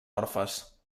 orfes